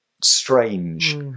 strange